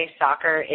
soccer